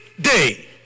day